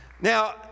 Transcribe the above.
Now